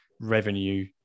revenue